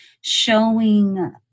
showing